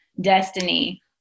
destiny